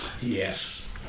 Yes